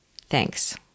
Thanks